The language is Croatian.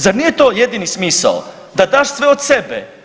Zar nije to jedini smisao da daš sve od sebe?